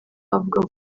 avuga